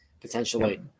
potentially